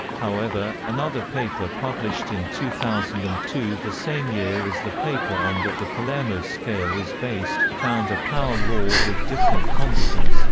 however, another paper published in two thousand and two the same year as the paper on that the palermo scale is based found a power law with different constants